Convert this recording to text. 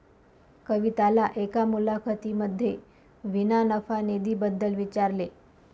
कविताला एका मुलाखतीमध्ये विना नफा निधी बद्दल विचारले